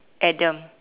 Adam